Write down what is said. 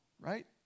right